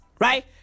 right